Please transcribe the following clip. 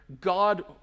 God